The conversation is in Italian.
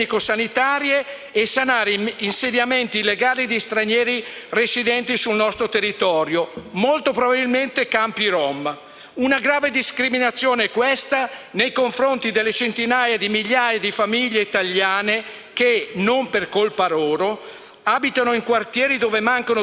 una grave discriminazione nei confronti delle centinaia di migliaia di famiglie italiane che, non per loro colpa, abitano in quartieri dove mancano totalmente fogne o qualsiasi opera infrastrutturale e di urbanizzazione per rendere degna la propria abitazione.